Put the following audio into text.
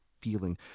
feeling